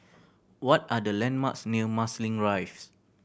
what are the landmarks near Marsiling Rise